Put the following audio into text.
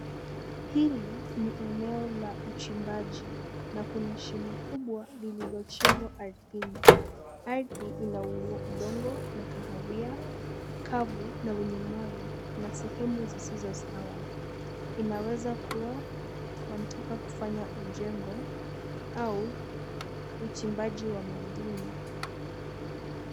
Hili ni eneo la uchimbaji na kuna shimo kubwa lililochimbwa ardhini. Ardhi ina udongo wa kahawia, kavu na wenye mawe na sehemu zisizo sawa. Inaweza kuwa wanatakakufanya ujengo au uchimbaji wa madini.